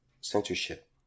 Censorship